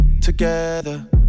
together